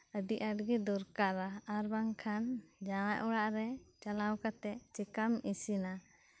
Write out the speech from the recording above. ᱟᱹᱰᱤ ᱟᱸᱴ ᱜᱮ ᱫᱚᱨᱠᱟᱨᱟ ᱟᱨ ᱵᱟᱝᱠᱷᱟᱱ ᱡᱟᱶᱟᱭ ᱚᱲᱟᱜᱨᱮ ᱪᱟᱞᱟᱣ ᱠᱟᱛᱮᱫ ᱪᱤᱠᱟᱹᱢ ᱤᱥᱤᱱᱟ